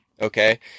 Okay